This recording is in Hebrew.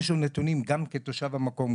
יש לו נתונים גם כתושב המקום,